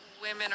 Women